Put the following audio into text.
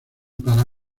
para